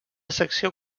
secció